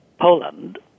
Poland